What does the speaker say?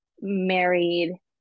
married